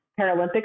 Paralympic